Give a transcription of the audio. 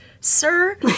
sir